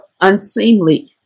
unseemly